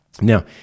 Now